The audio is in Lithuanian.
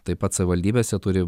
taip pat savivaldybėse turi